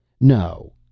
No